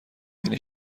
یعنی